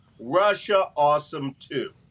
Russia-awesome-too